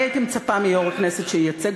אני הייתי מצפה מיושב-ראש הכנסת שייצג